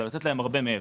זה לתת להם הרבה מעבר.